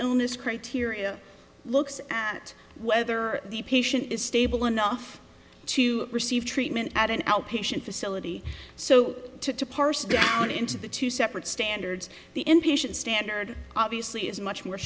illness criteria looks at whether the patient is stable enough to receive treatment at an outpatient facility so to parse that out into the two separate standards the inpatient standard obviously is much more